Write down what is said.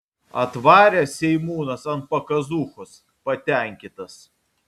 atvarė seimūnas ant pakazūchos patenkintas